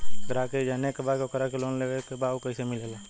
ग्राहक के ई जाने के बा की ओकरा के लोन लेवे के बा ऊ कैसे मिलेला?